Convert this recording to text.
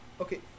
Okay